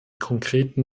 konkreten